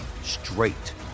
straight